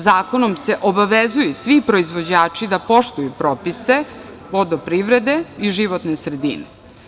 Zakonom se obavezuju svi proizvođači da poštuju propise vodoprivrede i životne sredine.